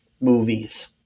movies